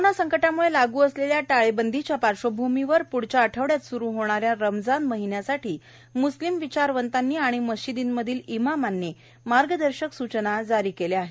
corona संकटामुळे लागू असलेल्या टाळेबंदीच्या पार्श्वभूमीवर प्ढच्या आठवड्यात स्रू होणाऱ्या रमजान महिन्यासाठी म्स्लिम विचारवंतांनी आणि मशिदींमधल्या इमामांनी मार्गदर्शक सूचना जारी केल्या आहेत